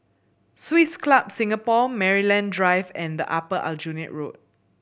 Swiss Club Singapore Maryland Drive and Upper Aljunied Road